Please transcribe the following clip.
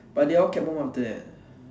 but they all cab home after that